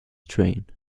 train